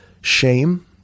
shame